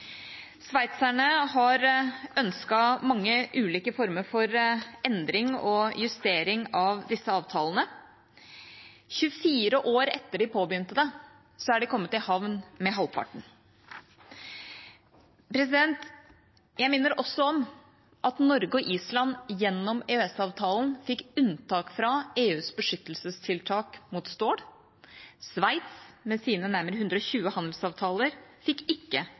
justering av disse avtalene. 24 år etter at de påbegynte det, har de kommet i havn med halvparten. Jeg minner også om at Norge og Island gjennom EØS-avtalen fikk unntak fra EUs beskyttelsestiltak mot stål. Sveits med sine nærmere 120 handelsavtaler fikk ikke